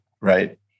right